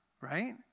right